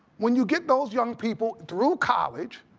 when you get those young people through college,